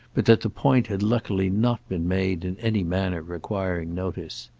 but that the point had luckily not been made in any manner requiring notice.